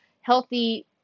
healthy